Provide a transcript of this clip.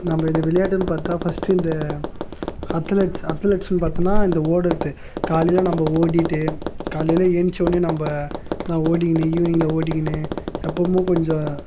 நம்ம இது விளையாட்டுணு பார்த்தா ஃபர்ஸ்டு இந்த அத்தலெட்ஸ் அத்தலெட்ஸ்ணு பார்த்தனா இந்த ஓடுகிறது காலையில் நம்ம ஓடிட்டு காலையில் எழுந்திருச்சவுன்னே நம்ம ஓடிக்கிணு ஈவ்னிங்ல ஓடிக்கிணு எப்பமு கொஞ்ச